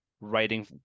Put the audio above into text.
writing